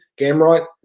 Gamrot